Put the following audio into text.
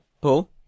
Paul